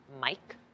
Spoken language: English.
Mike